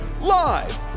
live